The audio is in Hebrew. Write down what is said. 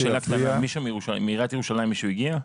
שאלה קטנה, מישהו מעיריית ירושלים הגיע?